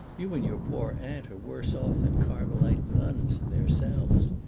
you and your poor aunt are worse off than carmelite nuns in their cells.